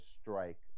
strike